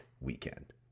weekend